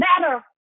matter